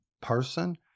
person